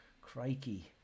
Crikey